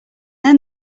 then